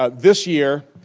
ah this year,